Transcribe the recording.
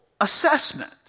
assessment